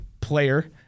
player